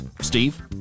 Steve